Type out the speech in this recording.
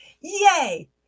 Yay